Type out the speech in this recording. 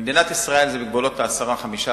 במדינת ישראל זה בגבולות ה-10, 12,